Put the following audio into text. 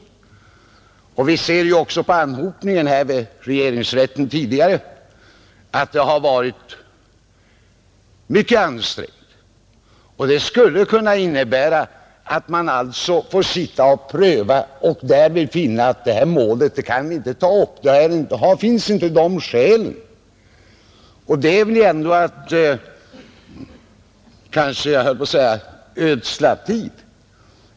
Anhopningen av ärenden hos regeringsrätten har hittills varit mycket besvärande. Reservanternas förslag innebär att domarna får sitta och pröva olika ärenden för att kanske finna att det inte finns skäl att ta upp dem. Det är väl ändå att ödsla med tid.